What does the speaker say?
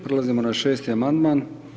Prelazimo na 6. amandman.